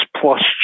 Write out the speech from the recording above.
plus